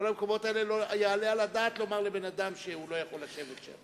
בכל המקומות האלה לא יעלה על הדעת לומר לבן-אדם שהוא לא יכול לשבת שם.